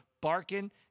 barking